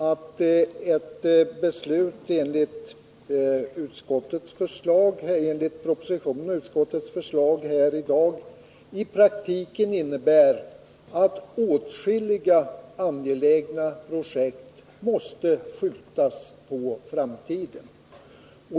Ett beslut enligt propositionen och utskottets förslag här i dag innebär i praktiken att åtskilliga angelägna projekt måste skjutas på framtiden.